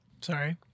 Sorry